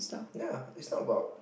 ya it's not about